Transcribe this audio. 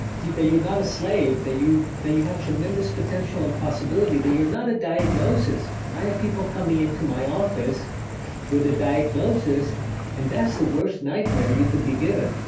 that you're not a slave. that you that you have tremendous potential and possibility. that you're not a diagnosis. i have people come into my office with a diagnosis and that's the worst nightmare you could be given.